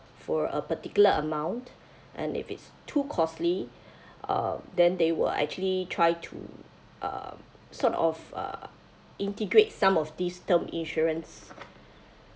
for a particular amount and if it's too costly uh then they will actually try to um sort of uh integrate some of this term insurance